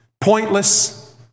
pointless